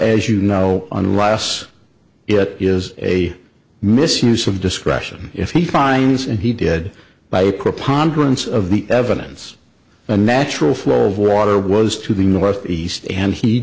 as you know on ross it is a misuse of discretion if he finds and he did by a preponderance of the evidence the natural flow of water was to the north east and he